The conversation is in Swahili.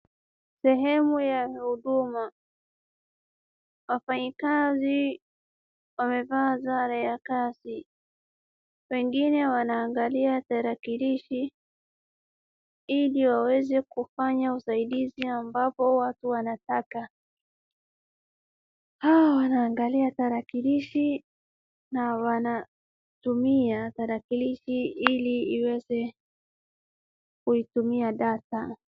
Sehemu ya huduma wafanyakazi wamevaa sare za kazi wengine wanaangalia tarakilishi ili waweze kufanya usadaizi ambapo watu wanataka hao wanaangalia tarakilishi na wanatumia tarakilishi ili iweze kuitumia data